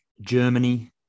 Germany